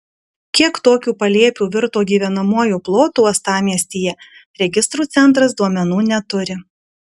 kiek tokių palėpių virto gyvenamuoju plotu uostamiestyje registrų centras duomenų neturi